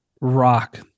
rock